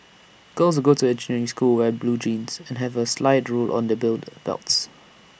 girls go to engineering school wear blue jeans and have A slide rule on their build belts